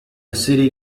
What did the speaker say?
city